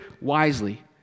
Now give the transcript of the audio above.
wisely